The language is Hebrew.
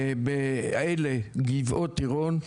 גבעות עירון,